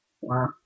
Wow